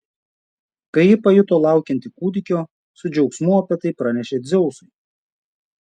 kai ji pajuto laukianti kūdikio su džiaugsmu apie tai pranešė dzeusui